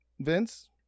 Vince